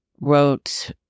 wrote